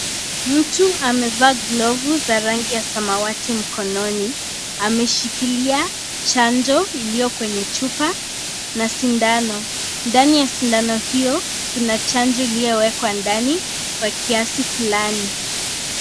Mtu amevaa glovu za rangi ya samawati mkononi, ameshikilia chanjo iliyo kwenye chupa na sindano, ndani ya sindano hiyo kuna chanjo iliyowekwa ndani kwa kiasi fulani.